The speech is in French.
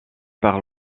par